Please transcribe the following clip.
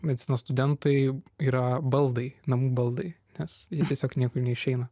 medicinos studentai yra baldai namų baldai nes jie tiesiog niekur neišeina